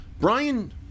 Brian